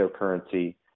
cryptocurrency